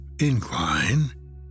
incline